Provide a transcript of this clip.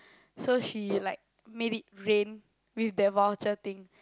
so she like made it rain with that voucher thing